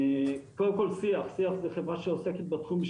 קודם כל שיח שיח היא חברה שעוסקת בתחום של